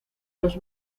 los